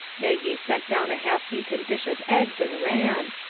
maggie set down a half-beaten dish of eggs and ran.